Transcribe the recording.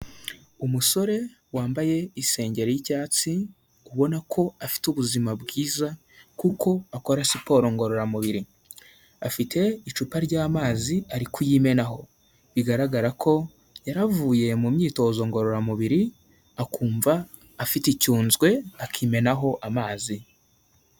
Umusore wambaye isengeri y'icyatsi ubona ko afite ubuzima bwiza kuko akora siporo ngororamubiri, afite icupa ry'amazi ari kuyimenaho bigaragara ko yari avuye mu myitozo ngororamubiri akumva afite icyunzwe akimenaho amazi.